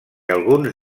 alguns